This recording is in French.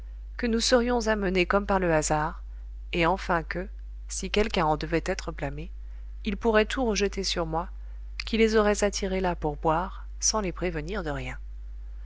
que nous serions amenés comme par le hasard et enfin que si quelqu'un en devait être blâmé ils pourraient tout rejeter sur moi qui les aurais attirés là pour boire sans les prévenir de rien